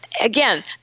Again